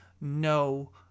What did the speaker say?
no